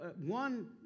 one